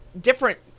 different